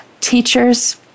teachers